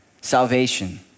Salvation